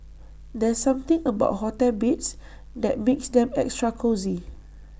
there's something about hotel beds that makes them extra cosy